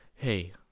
Hey